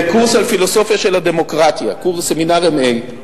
בקורס על פילוסופיה של הדמוקרטיה, סמינר M.A.,